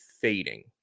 fading